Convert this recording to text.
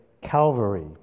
Calvary